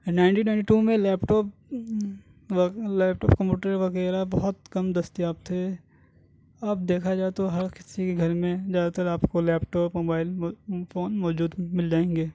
nineteen ninety two میں laptop laptop computer وغیرہ بہت کم دستیاب تھے اب دیکھا جائے تو ہر کسی کے گھر میں زیادہ تر آپ کو لیپٹاپ موبائل فون موجود مل جائیں گے